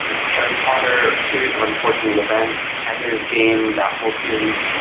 you know harry potter, series of unfortunate events, enders game that whole series,